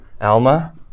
Alma